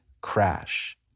crash